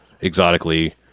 exotically